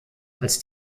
als